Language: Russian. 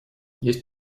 есть